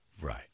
Right